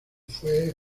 fue